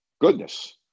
goodness